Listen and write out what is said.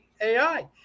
AI